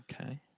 Okay